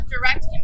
direct